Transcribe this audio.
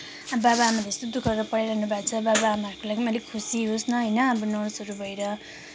बाबाआमाले यस्तो दुःख गरेर पढाइरहनुभएको छ बाबाआमाहरूको लागि पनि अलि खुसी होस् न होइन अब नर्सहरू भएर